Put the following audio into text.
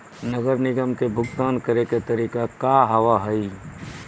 नगर निगम के भुगतान करे के तरीका का हाव हाई?